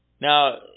Now